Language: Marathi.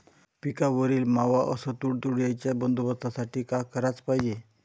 पिकावरील मावा अस तुडतुड्याइच्या बंदोबस्तासाठी का कराच पायजे?